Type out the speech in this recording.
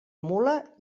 mula